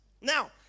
Now